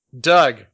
Doug